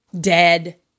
Dead